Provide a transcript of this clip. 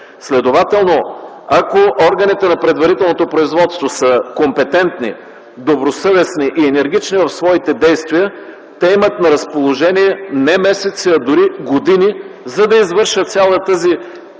Следователно ако органите на предварителното производство са компетентни, добросъвестни и енергични в своите действия, те имат на разположение не месеци, а дори години, за да извършат цялата тази